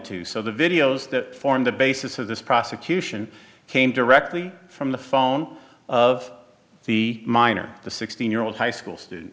two so the videos that formed the basis of this prosecution came directly from the phone of the minor the sixteen year old high school student